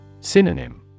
Synonym